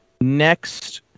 Next